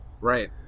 Right